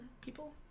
people